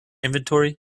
inventory